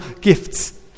gifts